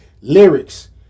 lyrics